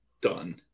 done